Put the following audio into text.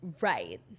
Right